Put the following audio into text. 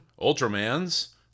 Ultramans